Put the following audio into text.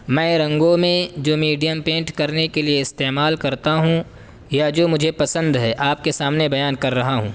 میں رنگوں میں جو میڈیم پینٹ کرنے کے لیے استعمال کرتا ہوں یا جو مجھے پسند ہے آپ کے سامنے بیان کر رہا ہوں